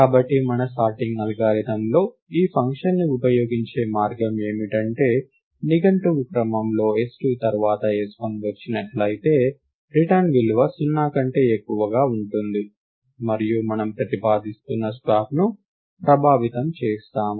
కాబట్టి మన సార్టింగ్ అల్గారిథమ్లో ఈ ఫంక్షన్ని ఉపయోగించే మార్గం ఏమిటంటే నిఘంటువు క్రమంలో s2 తర్వాత s1 వచ్చినట్లయితే రిటర్న్ విలువ 0 కంటే ఎక్కువగా ఉంటుంది మరియు మనం ప్రతిపాదిస్తున్న స్వాప్ను ప్రభావితం చేస్తాము